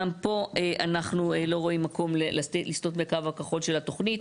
גם פה אנחנו לא רואים מקום לסטות מהקו הכחול של התוכנית,